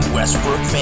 Westbrook